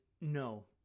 no